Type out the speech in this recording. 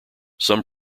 some